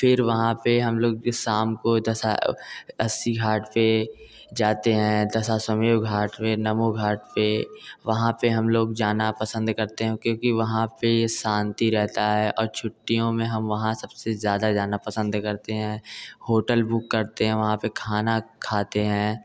फिर वहाँ पर हम लोग शाम को दस अस्सी घाट पर जाते हैं दशास्वमेव घाट पर नमो घाट पर वहाँ पर हम लोग जाना पसंद करते हैं क्योंकि वहाँ पर ये शांति रहता है और छुट्टियों में वहाँ हम सबसे ज़्यादा जाना पसंद करते हैं होटल बुक करते हैं वहाँ पर खाना खाते हैं